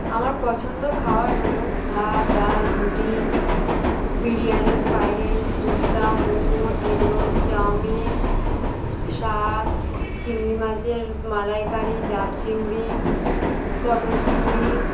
আমার পছন্দ খাবার হলো ভাত ডাল রুটি biryani fried rice fuchka momo egg roll chowmein শাক চিংড়ি মাছের মালাইকারি ডাব চিংড়ি পটল চিংড়ি